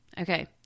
okay